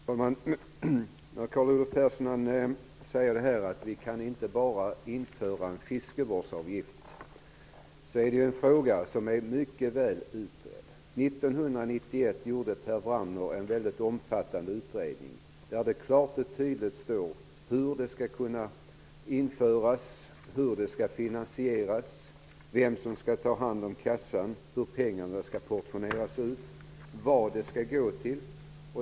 Herr talman! Carl Olov Persson säger här att vi inte bara kan införa en fiskevårdsavgift. Det är en fråga som är mycket väl utredd. År 1991 gjorde Per Wramner en mycket omfattande utredning där det klart och tydligt står hur en avgift skall kunna införas och finansieras, vem som skall ta hand om kassan, hur pengarna skall portioneras ut och vad de skall gå till.